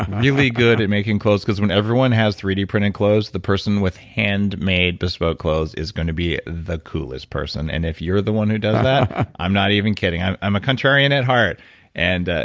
really good at making clothes because when everyone has three d printing clothes, the person with handmade bespoke clothes is going to be the coolest person and if you're the one who does that, i'm not even kidding. i'm i'm a contrarian at heart and